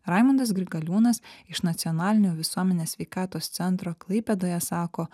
raimundas grigaliūnas iš nacionalinio visuomenės sveikatos centro klaipėdoje sako